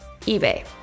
eBay